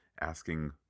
asking